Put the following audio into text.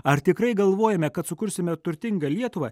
ar tikrai galvojame kad sukursime turtingą lietuvą